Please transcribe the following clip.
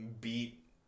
beat